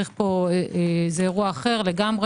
זה אירוע אחר לגמרי.